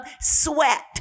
sweat